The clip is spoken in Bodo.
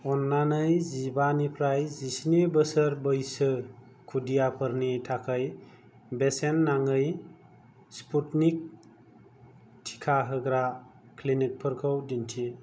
अन्नानै जिबानिफ्राय जिस्नि बोसोर बैसो खुदियाफोरनि थाखाय बेसेन नाङै स्पुटनिक टिका होग्रा क्लिनिकफोरखौ दिन्थि